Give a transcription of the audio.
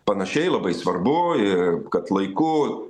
panašiai labai svarbu ir kad laiku